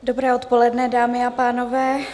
Dobré odpoledne, dámy a pánové.